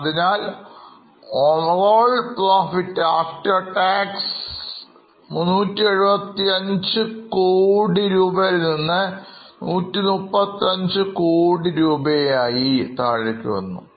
ആയതിനാൽ overall profit after tax 375 കോടിയിൽനിന്ന്135 കോടി ആയി കുറഞ്ഞു